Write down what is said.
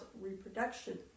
reproduction